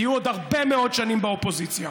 תהיו עוד הרבה שנים באופוזיציה,